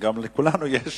אבל לכולנו יש